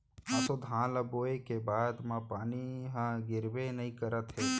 ऑसो धान ल बोए के बाद म पानी ह गिरबे नइ करत हे